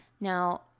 Now